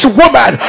woman